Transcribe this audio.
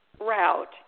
route